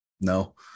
No